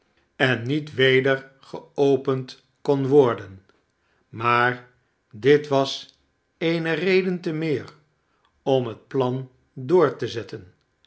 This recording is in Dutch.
en niet weder geopend kon worden maar dit was eene reden te meer om het plan door te zetten